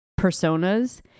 personas